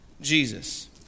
Jesus